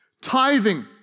Tithing